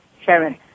Sharon